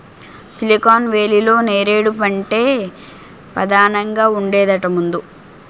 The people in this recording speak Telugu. సిలికాన్ వేలీలో నేరేడు పంటే పదానంగా ఉండేదట ముందు